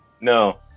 No